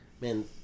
Man